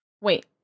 Wait